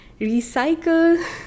recycle